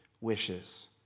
wishes